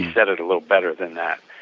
said it a little better than that.